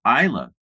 Isla